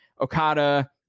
okada